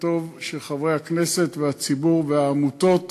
וטוב שחברי הכנסת והציבור והעמותות